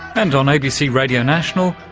and on abc radio national,